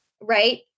right